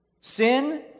Sin